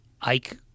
Ike